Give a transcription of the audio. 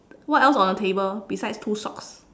what else on the table besides two socks